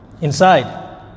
Inside